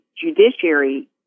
Judiciary